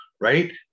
right